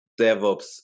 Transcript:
DevOps